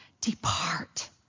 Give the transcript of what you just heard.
Depart